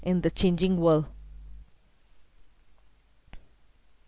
in the changing world